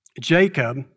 Jacob